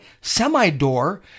semi-door